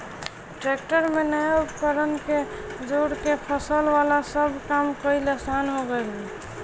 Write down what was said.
tractor में नया नया उपकरण के जोड़ के फसल वाला सब काम कईल आसान हो गईल बा